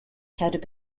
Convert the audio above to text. had